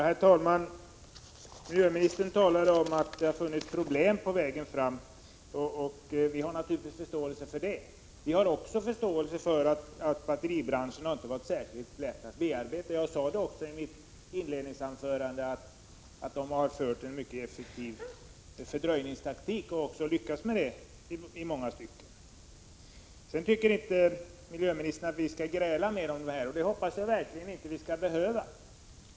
Herr talman! Miljöministern talade om att det har funnits problem på vägen fram, och vi har naturligtvis förståelse för det. Vi har också förståelse för att batteribranschen inte har varit särskilt lätt att bearbeta. Jag sade också i mitt inledningsanförande att batteribranschen har bedrivit en mycket effektiv fördröjningstaktik. Det har också i många stycken lyckats. Miljöministern tycker inte att vi skall gräla mer om detta. Det hoppas jag verkligen att vi inte skall behöva göra.